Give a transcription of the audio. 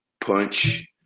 punch